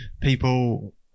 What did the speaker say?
people